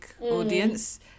audience